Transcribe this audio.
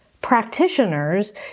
practitioners